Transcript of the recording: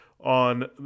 on